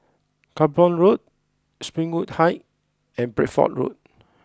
Cranborne Road Springwood Height and Bedford Road